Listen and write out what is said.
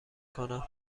کنم